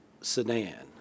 sedan